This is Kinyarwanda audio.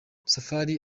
safari